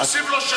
תוסיף לו שש דקות.